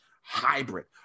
hybrid